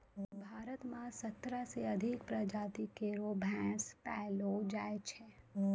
भारत म सत्रह सें अधिक प्रजाति केरो भैंस पैलो जाय छै